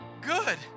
good